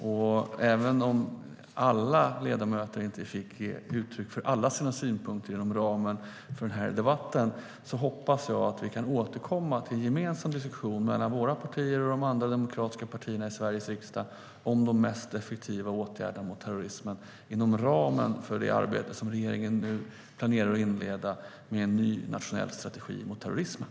Och även om alla ledamöter inte fick ge uttryck för alla sina synpunkter inom ramen för den här debatten hoppas jag att vi kan återkomma till en gemensam diskussion mellan våra partier och de andra demokratiska partierna i Sveriges riksdag om de mest effektiva åtgärderna mot terrorismen inom ramen för det arbete som regeringen nu planerar att inleda med en ny nationell strategi mot terrorismen.